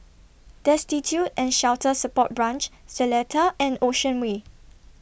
Destitute and Shelter Support Branch Seletar and Ocean Way